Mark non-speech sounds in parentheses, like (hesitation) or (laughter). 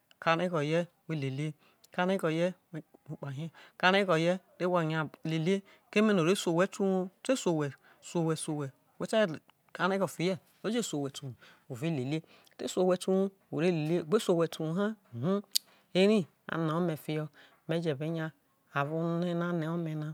(unintelligible) kareghoho kareghoho re who nya lele le ire su owhe te uwuo te je su owhe te uwuo wo ve lele o gbe su owhe te uwuo ho (hesitation) ere a le ome fiho me je be nya be lele ole na ole na